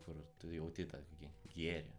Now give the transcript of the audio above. kur tu jauti tą gi gėrį